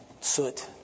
soot